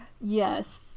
Yes